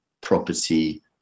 property